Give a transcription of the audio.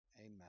Amen